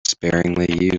sparingly